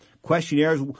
Questionnaires